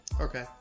Okay